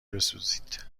بسوزید